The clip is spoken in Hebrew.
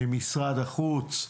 ממשרד החוץ,